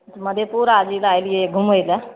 मधेपुरा जिला अयलियै घुमै लए